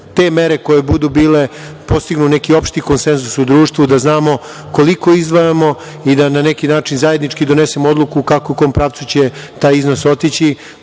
te mere koje budu bile, postignu neki opšti konsenzus u društvu, da znamo koliko izdvajamo i da na neki način zajednički donesemo odluku kako i u kom pravcu će taj iznos otići,